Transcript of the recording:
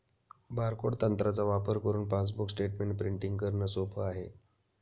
barcode तंत्राचा वापर करुन पासबुक स्टेटमेंट प्रिंटिंग करणे सोप आहे